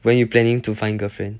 when you planning to find girlfriend